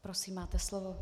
Prosím, máte slovo.